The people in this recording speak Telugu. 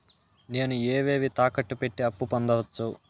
నేను ఏవేవి తాకట్టు పెట్టి అప్పు పొందవచ్చు?